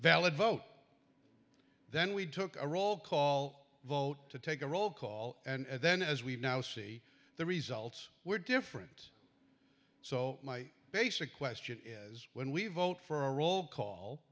valid vote then we took a roll call vote to take a roll call and then as we've now see the results were different so my basic question is when we vote for a roll call